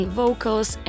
vocals